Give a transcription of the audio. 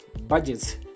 budgets